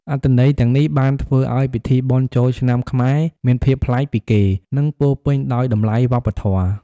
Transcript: អត្ថន័យទាំងនេះបានធ្វើឲ្យពិធីបុណ្យចូលឆ្នាំខ្មែរមានភាពប្លែកពីគេ និងពោរពេញដោយតម្លៃវប្បធម៌។